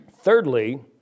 Thirdly